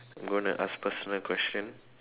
I'm gonna ask personal question